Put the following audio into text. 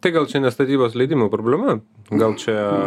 tai gal čia ne statybos leidimo problema gal čia